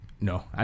No